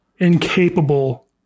Incapable